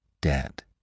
dead